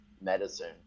medicine